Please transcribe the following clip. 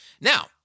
now